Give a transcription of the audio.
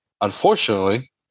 Unfortunately